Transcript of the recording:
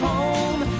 Home